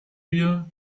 wir